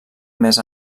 més